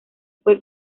fue